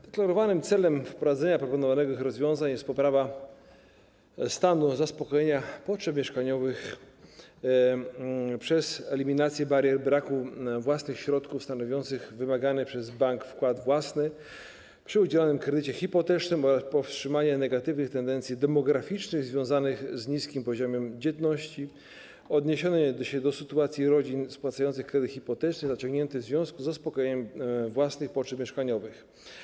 Deklarowanym celem wprowadzenia proponowanych rozwiązań jest poprawa stanu zaspokojenia potrzeb mieszkaniowych przez eliminację barier braku własnych środków stanowiących wymagany przez bank wkład własny przy udzielonym kredycie hipotecznym oraz powstrzymanie negatywnych tendencji demograficznych związanych z niskim poziomem dzietności, odniesienie się do sytuacji rodzin spłacających kredyt hipoteczny zaciągnięty w związku z zaspokojeniem własnych potrzeb mieszkaniowych.